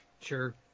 Sure